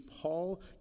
Paul